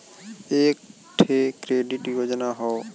एक ठे क्रेडिट योजना हौ